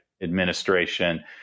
administration